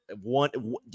one